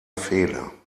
fehler